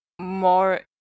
more